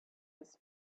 his